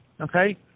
Okay